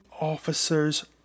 officers